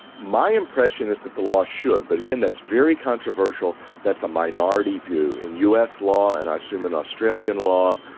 my impression is that the law should. but again that's very controversial, that's a minority view. in us law, and i assume in australian law,